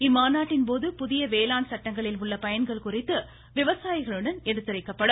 இம்மாநாட்டின் போது புதிய வேளாண் சட்டங்களில் உள்ள பயன்கள் குறித்து விவசாயிகளிடம் எடுத்துரைக்கப்படும்